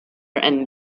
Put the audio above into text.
and